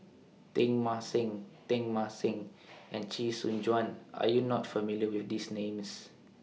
Teng Mah Seng Teng Mah Seng and Chee Soon Juan Are YOU not familiar with These Names